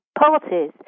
parties